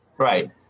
Right